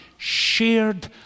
shared